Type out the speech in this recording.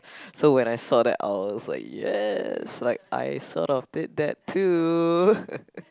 so when I saw that I was like yes like I sort of did that too